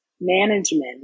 management